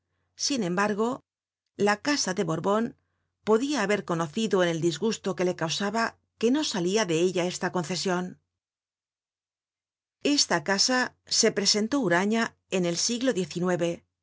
sin embargo la casa de borbon podia haber conocido en el disgusto que le causaba que no salia de ella esta concesion esta casa se presentó huraña en el siglo